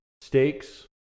Steaks